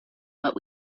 what